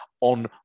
on